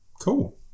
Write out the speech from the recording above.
Cool